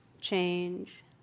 change